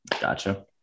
gotcha